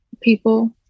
people